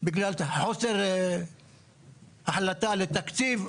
בגלל חוסר החלטה לתקציב,